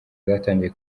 zatangiye